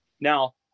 now